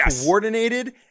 coordinated